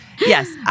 Yes